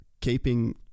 keeping